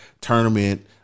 tournament